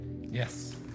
Yes